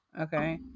Okay